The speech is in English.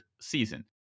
season